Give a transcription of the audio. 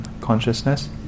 Consciousness